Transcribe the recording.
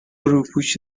روپوش